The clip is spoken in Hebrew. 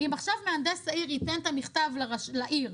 אם עכשיו מהנדס העיר ייתן את המכתב לבניין,